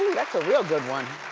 that's a real good one.